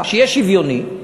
שיהיה שוויוני,